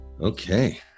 Okay